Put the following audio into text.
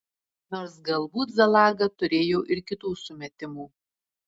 nors galbūt zalaga turėjo ir kitų sumetimų